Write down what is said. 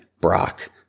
Brock